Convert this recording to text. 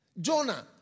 Jonah